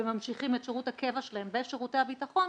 וממשיכים את שירות הקבע שלהם בשירותי הביטחון,